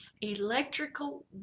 electrical